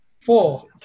Four